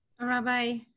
Rabbi